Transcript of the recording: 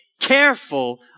careful